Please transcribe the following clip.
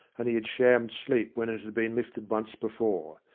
and he had shammed sleep when it had been lifted once before.